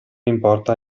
importa